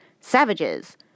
savages